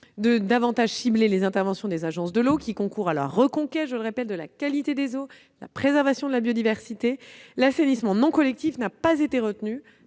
davantage les interventions des agences de l'eau, qui concourent à la reconquête de la qualité des eaux et à la préservation de la biodiversité, l'assainissement non collectif n'a pas été retenu